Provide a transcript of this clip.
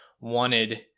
wanted